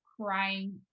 crying